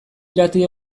irrati